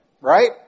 right